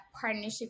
partnership